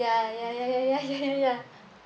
ya ya ya ya ya ya ya ya